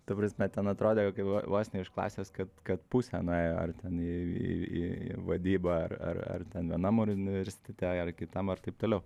ta prasme ten atrodė kokia vo vos ne iš klasės kad kad pusė nuėjo ar ten į į į vadybą ar ar ar ten vienam urniversitete ar kitam ar taip toliau